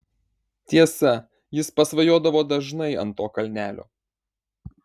tiesa jis pasvajodavo dažnai ant to kalnelio